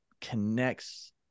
connects